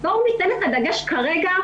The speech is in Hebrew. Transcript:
בואו ניתן את הדגש כרגע,